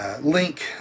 link